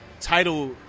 title